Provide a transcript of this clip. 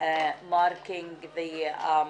הקרוב לציון היום